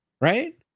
right